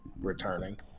returning